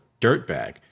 dirtbag